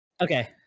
Okay